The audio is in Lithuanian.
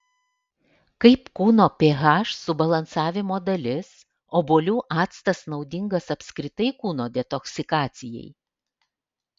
kaip kūno ph subalansavimo dalis obuolių actas naudingas apskritai kūno detoksikacijai